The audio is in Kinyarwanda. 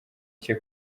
cye